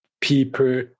people